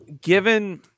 given